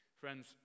Friends